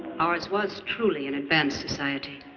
ours was truly an advanced society.